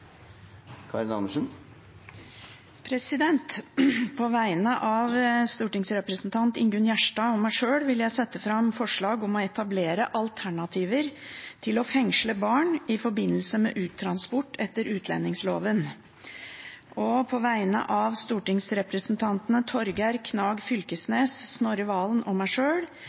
På vegne av stortingsrepresentanten Ingunn Gjerstad og meg sjøl vil jeg sette fram representantforslag om å etablere alternativer til å fengsle barn i forbindelse med uttransportering etter utlendingsloven. Og på vegne av stortingsrepresentantene Torgeir Knag Fylkesnes, Snorre Serigstad Valen og meg sjøl